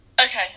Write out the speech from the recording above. Okay